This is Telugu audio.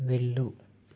వెళ్ళు